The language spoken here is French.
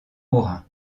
morin